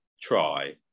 try